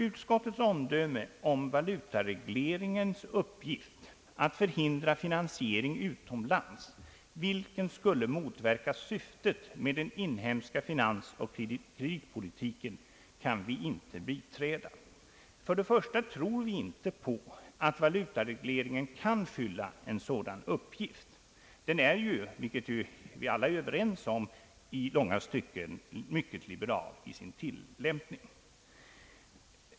Utskottets omdöme om valutaregleringens uppgift att förhindra finansiering utomlands, vilken skulle motverka syftet med den inhemska finansoch kreditpolitiken, kan vi inte biträda. För det första tror vi inte på att valutaregleringen kan fylla en sådan uppgift. Den är ju, vilket vi väl alla är överens om, i långa stycken liberal i sin tillämpning.